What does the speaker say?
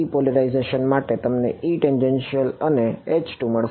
polarisation માટે તમને E tangential અને H2 મળશે